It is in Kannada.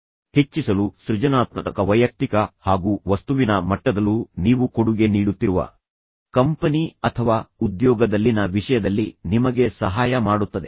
ಇದು ನಿಮ್ಮ ಉತ್ಪಾದಕತೆಯನ್ನು ಹೆಚ್ಚಿಸಲು ಸೃಜನಾತ್ಮಕ ವೈಯಕ್ತಿಕ ಹಾಗು ವಸ್ತುವಿನ ಮಟ್ಟದಲ್ಲೂ ನೀವು ಕೊಡುಗೆ ನೀಡುತ್ತಿರುವ ಕಂಪನಿ ಅಥವಾ ಉದ್ಯೋಗದಲ್ಲಿನ ವಿಷಯದಲ್ಲಿ ನಿಮಗೆ ಸಹಾಯ ಮಾಡುತ್ತದೆ